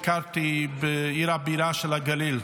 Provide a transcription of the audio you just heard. ביקרתי בעיר הבירה של הגליל,